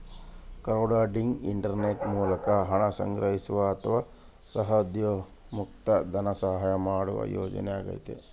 crowdfunding internet ಮೂಲಕ ಹಣ ಸಂಗ್ರಹಿಸುವ ಅಥವಾ ಸಾಹಸೋದ್ಯಮುಕ್ಕ ಧನಸಹಾಯ ಮಾಡುವ ಯೋಜನೆಯಾಗೈತಿ